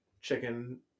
chicken